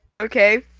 okay